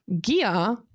gear